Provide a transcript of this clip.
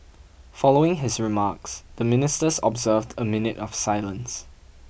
following his remarks the Ministers observed a minute of silence